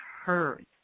heard